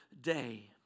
day